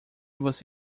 você